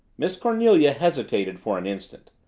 miss cornelia hesitated for an instant.